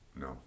No